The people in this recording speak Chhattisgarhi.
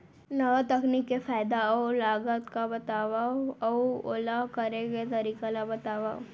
नवा तकनीक के फायदा अऊ लागत ला बतावव अऊ ओला करे के तरीका ला बतावव?